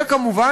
וכמובן,